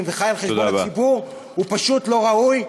וחי על חשבון הציבור הוא פשוט לא ראוי,